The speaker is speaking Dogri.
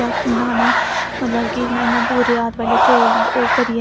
ई शैल लगदा कुसै गी नेईं कोई जादै मशहूर होंदी दुकान कोई नेईं होंदी